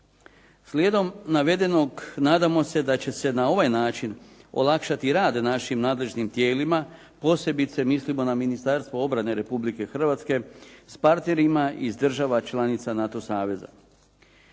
Slijedom navedenog nadamo se da će se na ovaj način olakšati rad našim nadležnim tijelima, posebice mislimo na Ministarstvo obrane Republike Hrvatske s partnerima iz država članica NATO saveza.